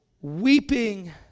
weeping